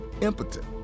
impotent